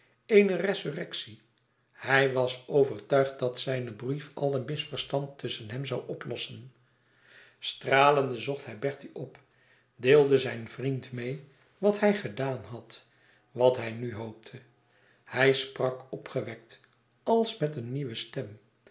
eene resurrectie hij was overtuigd dat zijn brief alle misverstand tusschen hen zoû oplossen stralende zocht hij bertie op deelde zijn vriend meê wat hij gedaan had wat hij nu hoopte hij sprak opgewekt als met eene nieuwe stem